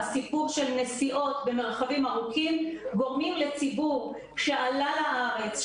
הסיפור של נסיעות במרחבים ארוכים גורמים לציבור שעלה לארץ,